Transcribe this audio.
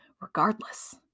regardless